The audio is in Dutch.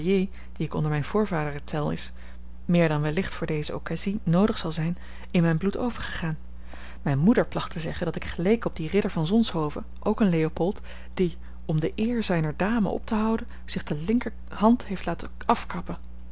die ik onder mijne voorvaderen tel is meer dan wellicht voor deze occasie noodig zal zijn in mijn bloed overgegaan mijn moeder placht te zeggen dat ik geleek op dien ridder van zonshoven ook een leopold die om de eer zijner dame op te houden zich de linkerhand heeft laten afkappen